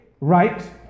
right